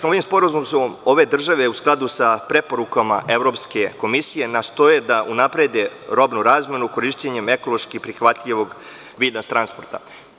Ovim sporazumom ove države, u skladu sa Preporukama Evropske komisije, nastoje da unaprede robnu razmenu korišćenjem ekološki prihvatljivog vida transporta.